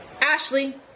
Ashley